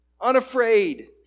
unafraid